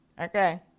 Okay